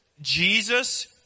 Jesus